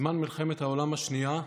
בזמן מלחמת העולם השנייה,